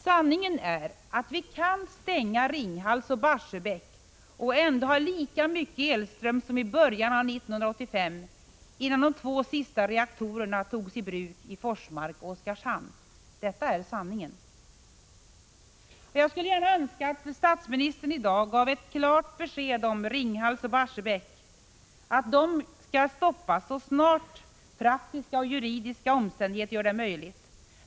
Sanningen är att vi kan stänga Ringhals och Barsebäck och ändå ha lika mycket elström som vi hade i början av 1985, innan de två sista reaktorerna togs i bruk i Forsmark och Oskarshamn. Detta är sanningen. Jag skulle önska att statsministern i dag gav ett klart besked om att Ringhals och Barsebäck skall stoppas så snart praktiska och juridiska omständigheter gör det möjligt.